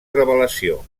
revelació